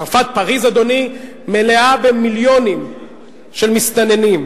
צרפת, פריס, אדוני, מלאה במיליונים של מסתננים,